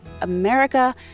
America